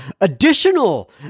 additional